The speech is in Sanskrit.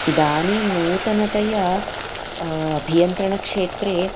इदानीं नूतनतया अभियन्त्रणक्षेत्रे